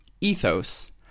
ethos